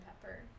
pepper